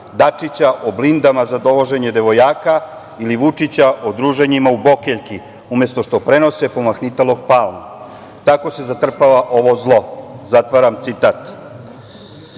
Dačića o blindama za dovoženje devojaka ili Vučića o druženjima u Bokeljki, umesto što prenose pomahnitalog Palmu. Tako se zatrpava ovo zlo“, kraj citata. Dame